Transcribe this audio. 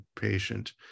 patient